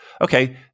Okay